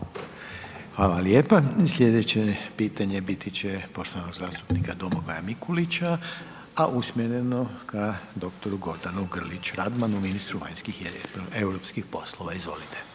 Željko (HDZ)** Slijedeće pitanje biti poštovanog zastupnika Domagoja Mikulića a usmjereno ka dr. Gordanu Grlić Radmanu, ministru vanjskih i europskih poslova, izvolite.